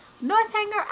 Northanger